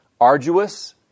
arduous